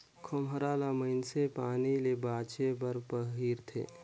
खोम्हरा ल मइनसे पानी ले बाचे बर पहिरथे